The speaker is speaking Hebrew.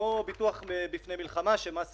כמו ביטוח מפני מלחמה שמס